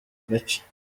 gace